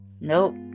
nope